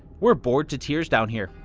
we're bored to tears down here.